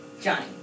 Johnny